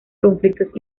conflictos